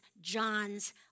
John's